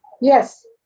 Yes